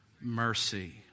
Mercy